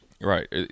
Right